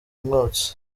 umwotsi